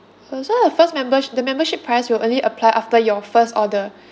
uh so the first members~ the membership price will only apply after your first order